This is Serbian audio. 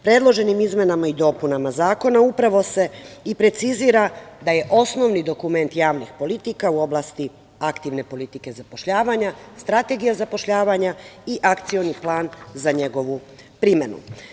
Predloženim izmenama i dopunama Zakona upravo se i precizira da je osnovni dokument javnih politika u oblasti aktivne politike zapošljavanja Strategija zapošljavanja i Akcioni plan za njegovu primenu.